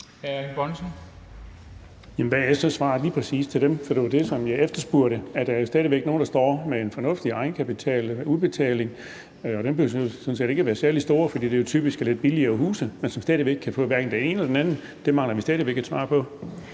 så svaret lige præcis til dem? For det var jo det, som jeg efterspurgte, altså at der jo stadig væk er nogle, der står med en fornuftig egenkapital eller udbetaling – og den behøver sådan set ikke at være særlig stor, fordi det jo typisk er lidt billigere huse – men som hverken kan få det ene eller det andet. Det mangler vi stadig væk et svar på.